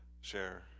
share